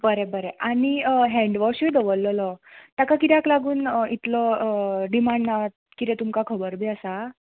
बरे बरे आनी हँडवॉशूय दवरलेलो ताका कित्याक लागून इतलो डिमांड ना कितें तुमकां खबर बी आसा